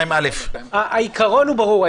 2א. העיקרון הוא ברור.